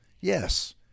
Yes